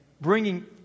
bringing